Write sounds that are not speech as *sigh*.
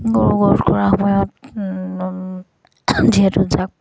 *unintelligible* সময়ত যিহেতু জাক